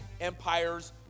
Empires